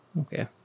Okay